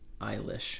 Eilish